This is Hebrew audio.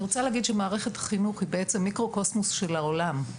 אני רוצה להגיד שמערכת החינוך היא בעצם מיקרוקוסמוס של העולם,